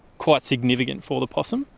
quite significant for the possum,